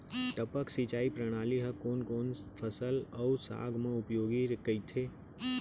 टपक सिंचाई प्रणाली ह कोन कोन फसल अऊ साग म उपयोगी कहिथे?